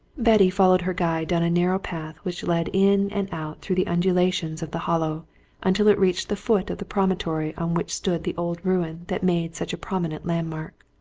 betty followed her guide down a narrow path which led in and out through the undulations of the hollow until it reached the foot of the promontory on which stood the old ruin that made such a prominent landmark.